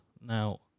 Now